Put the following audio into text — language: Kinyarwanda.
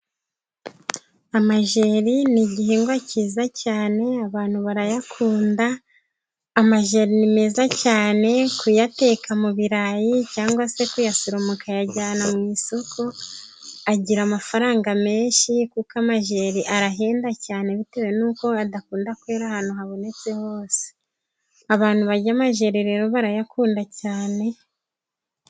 Amajeri ni igihingwa cyiza cyane, abantu barayakunda. Amajeri ni meza cyane kuyateka mu birarayi, cyangwa se kuyasoroma ukayajyana mu isoko. Agira amafaranga menshi kuko amajeri arahenda cyane bitewe n'uko adakunda kwera ahantu habonetse hose abantu barya amajeri rero barayakunda cyane.